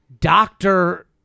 doctor